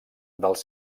dels